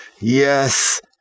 Yes